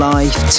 Life